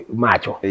macho